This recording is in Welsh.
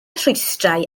rhwystrau